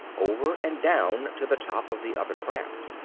over and down to the top of the other craft.